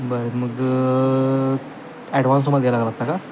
बरं मगं ॲडव्हान्स तुम्हाला द्यायला लागतं का